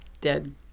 dead